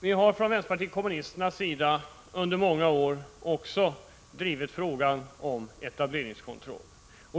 Vii vpk har under många år också drivit frågan om etableringskontroll.